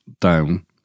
down